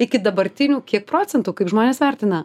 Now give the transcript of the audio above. iki dabartinių kiek procentų kaip žmonės vertina